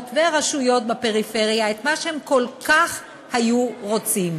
והרשויות בפריפריה את מה שהן כל כך היו רוצות.